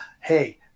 hey